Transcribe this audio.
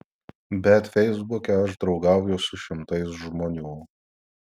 bet feisbuke aš draugauju su šimtais žmonių